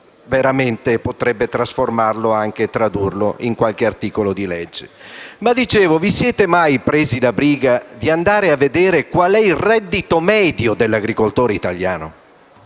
veramente potrebbe trasformarlo e tradurlo in qualche articolo di legge. Dicevo se vi siete mai presi la briga di andare a vedere qual è il reddito medio dell'agricoltore italiano.